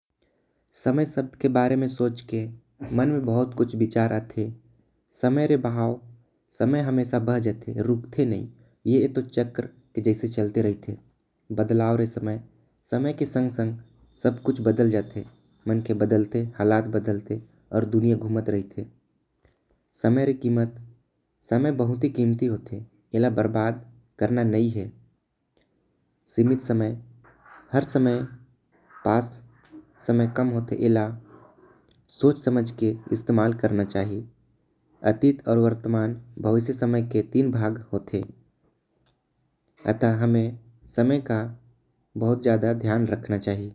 समय शब्द के बारे में सोच के मन में बहुत विचार आथे। समय रे बहव बह जाथे रुकते नही ऐ तो चक्र जैसे चलथे। रहते समय ले बदले सब कुछ बदल जाथे मन बदल थे। हालथ बदल थे अउ दुनिया घुमत रहिथे समय री क़ीमत बहुत होथे। एके बर्बाद करना नई है सीमित समय हर समय समय कम होथे। एके बर्बाद नही करे के चाहि समय तीन प्रकार के होथे। भूत काल वर्तमान काल अउ। भविष्य काल हमन ला हमेशा वर्तमान में रहे के होना चाहि।